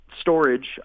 storage